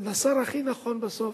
בסוף,